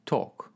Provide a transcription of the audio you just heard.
Talk